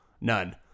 None